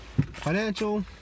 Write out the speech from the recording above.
financial